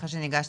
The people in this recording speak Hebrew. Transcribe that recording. אחרי שניגשתי,